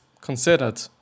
considered